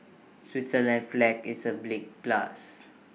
Switzerland's flag is A plus